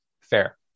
fair